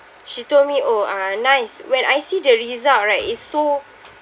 she told me !oh! ah nice when I see the result right is so